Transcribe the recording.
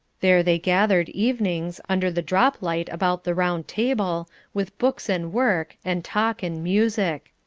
there they gathered evenings, under the drop-light about the round table, with books and work, and talk and music.